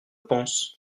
pense